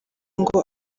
ngo